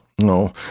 No